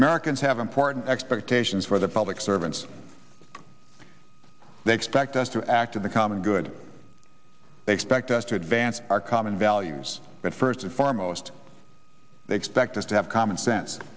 americans have important expectations for the public servants they expect us to act in the common good they expect us to advance our common values but first and foremost they expect us to have common sense